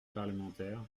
parlementaires